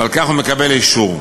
ועל כך הוא מקבל אישור.